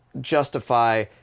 justify